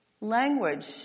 Language